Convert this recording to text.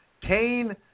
Kane